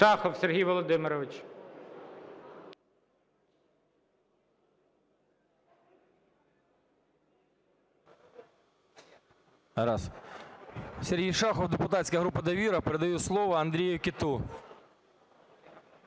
Сергій Шахов, депутатська група "Довіра". Передаю слово Андрію Коту.